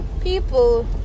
People